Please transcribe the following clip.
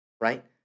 right